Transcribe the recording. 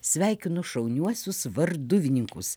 sveikinu šauniuosius varduvininkus